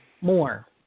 more